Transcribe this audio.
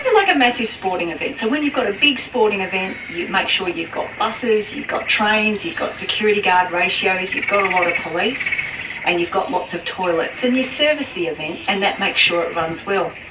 like a massive sporting sporting event. so when you've got a big sporting event, you make sure you've got buses, you've got trains, you've got security guard ratios, you've got a lot of police and you've got lots of toilets. and you service the event and that makes sure it runs well.